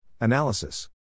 Analysis